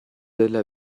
della